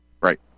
Right